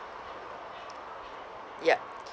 yup